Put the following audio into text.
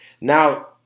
Now